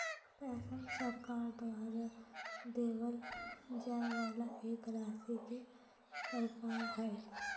pension सरकार द्वारा देबल जाय वाला एक राशि के प्रकार हय